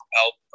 help